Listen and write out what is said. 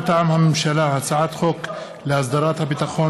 מטעם הממשלה: הצעת חוק להסדרת הביטחון